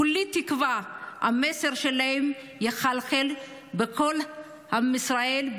כולי תקווה שהמסר שלהם יחלחל בכל עם ישראל,